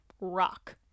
rock